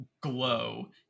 glow